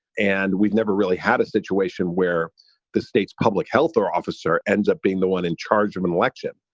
and we've never really had a situation where the state's public health or officer ends up being the one in charge of an election.